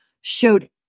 showed